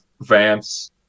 vance